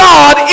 God